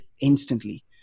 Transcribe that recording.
instantly